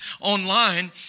online